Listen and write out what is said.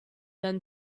than